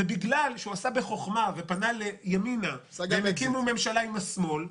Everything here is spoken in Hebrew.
בגלל שהוא עשה בחוכמה ופנה לימינה והם הקימו ממשלה עם השמאל,